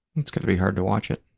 it's got to be hard to watch it.